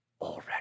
already